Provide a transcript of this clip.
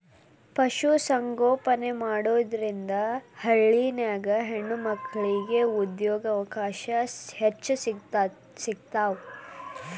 ಪಶು ಸಂಗೋಪನೆ ಮಾಡೋದ್ರಿಂದ ಹಳ್ಳ್ಯಾಗಿನ ಹೆಣ್ಣಮಕ್ಕಳಿಗೆ ಉದ್ಯೋಗಾವಕಾಶ ಹೆಚ್ಚ್ ಸಿಗ್ತಾವ